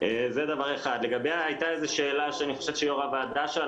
אני יושבת